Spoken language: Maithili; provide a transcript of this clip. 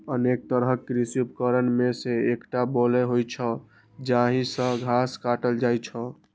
अनेक तरहक कृषि उपकरण मे सं एकटा बोलो होइ छै, जाहि सं घास काटल जाइ छै